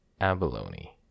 Abalone